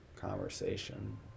conversation